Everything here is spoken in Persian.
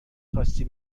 خاستی